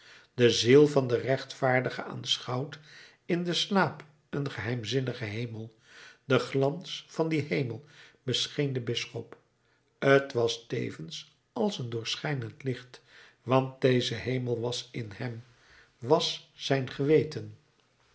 de ziel van den rechtvaardige aanschouwt in den slaap een geheimzinnigen hemel de glans van dien hemel bescheen den bisschop t was tevens als een doorschijnend licht want deze hemel was in hem was zijn geweten